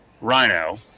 Rhino